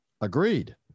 Agreed